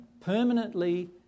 permanently